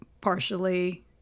partially